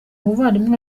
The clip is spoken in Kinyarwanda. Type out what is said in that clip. muvandimwe